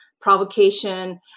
provocation